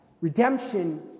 redemption